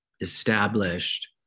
established